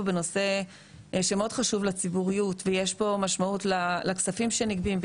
בנושא שמאוד חשוב לציבוריות ויש פה משמעות לכספים שנגבים,